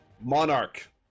Monarch